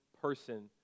person